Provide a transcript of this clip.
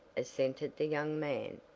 assented the young man.